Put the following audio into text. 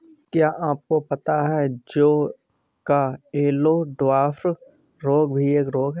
क्या आपको पता है जौ का येल्लो डवार्फ रोग भी एक रोग है?